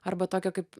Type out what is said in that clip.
arba tokio kaip